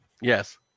Yes